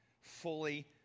fully